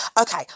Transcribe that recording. Okay